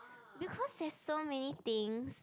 because there's so many things